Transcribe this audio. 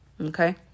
Okay